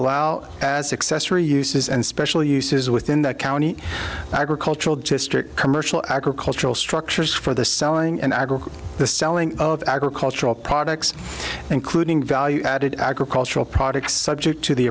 allow as successor uses and special uses within the county agricultural district commercial agricultural structures for the selling and aggregate the selling of agricultural products including value added agricultural products subject to the